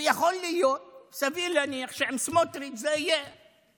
ויכול להיות, סביר להניח, שעם סמוטריץ' זה יהיה